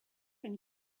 and